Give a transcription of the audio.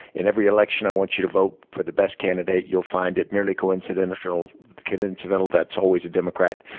in every election, i want you to vote for the best candidate. you'll find it merely coincidental coincidental that it's always a democrat.